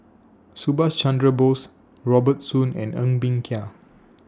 Subhas Chandra Bose Robert Soon and Ng Bee Kia